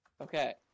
Okay